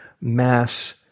mass